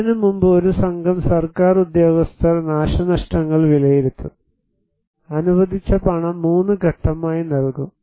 അതിനുമുമ്പ് ഒരു സംഘം സർക്കാർ ഉദ്യോഗസ്ഥർ നാശനഷ്ടങ്ങൾ വിലയിരുത്തും അനുവദിച്ച പണം 3 ഘട്ടങ്ങളായി നൽകും